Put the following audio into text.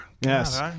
Yes